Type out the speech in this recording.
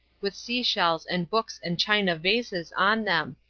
with sea-shells and books and china vases on them,